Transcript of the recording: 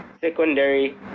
secondary